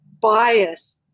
bias